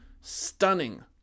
stunning